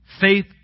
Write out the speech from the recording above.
Faith